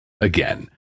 again